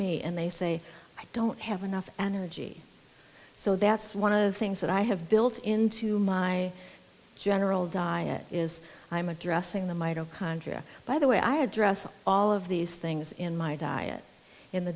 me and they say i don't have enough energy so that's one of the things that i have built into my general diet is i'm addressing the mitochondria by the way i address all of these things in my diet in the